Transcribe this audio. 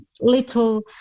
little